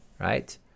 Right